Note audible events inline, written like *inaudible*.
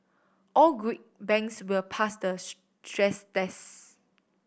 all good banks will pass the *unintelligible* stress test